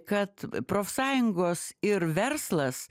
kad profsąjungos ir verslas